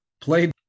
played